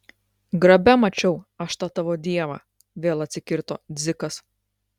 grabe mačiau aš tą tavo dievą vėl atsikirto dzikas